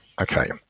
Okay